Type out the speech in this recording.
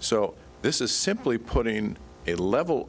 so this is simply putting a level